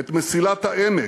את מסילת העמק,